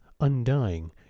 undying